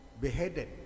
beheaded